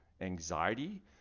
anxiety